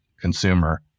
consumer